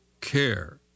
care